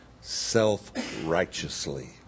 self-righteously